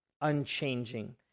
unchanging